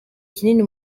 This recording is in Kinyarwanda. kinini